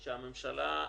שהממשלה,